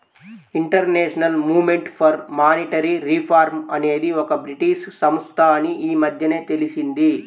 international movement for monetary reform అనేది ఒక British సంస్థ అని ఈ మధ్యనే తెలిసింది